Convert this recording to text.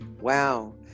Wow